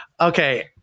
Okay